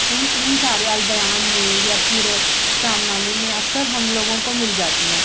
ان ان سارے البیان میں یا پھر شام نامے میں اکثر ہم لوگوں کو مل جاتی ہیں